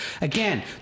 Again